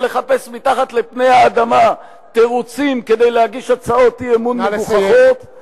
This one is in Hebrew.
לא לחפש מתחת לפני האדמה תירוצים כדי להגיש הצעות אי-אמון מגוחכות,